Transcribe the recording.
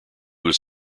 was